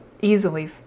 easily